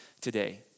today